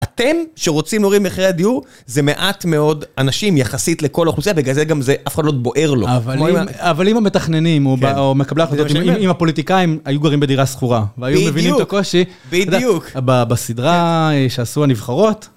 אתם שרוצים להוריד את מחירי הדיור זה מעט מאוד אנשים יחסית לכל האוכלוסייה ובגלל זה גם זה אף אחד לא בוער לו. אבל אם המתכננים או מקבלי החלטות, אם הפוליטיקאים היו גרים בדירה שכורה והיו מבינים את הקושי. בדיוק. בסדרה שעשו הנבחרות.